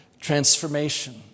transformation